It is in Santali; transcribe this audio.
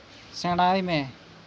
ᱥᱮᱬᱟᱭ ᱢᱮ